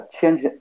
change